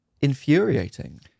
infuriating